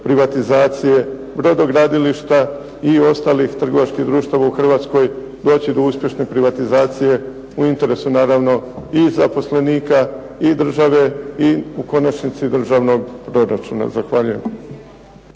privatizacije brodogradilišta i ostalih trgovačkih društava u Hrvatskoj doći do uspješne privatizacije u interesu naravno i zaposlenika i države i u konačnici državnog proračuna. Zahvaljujem.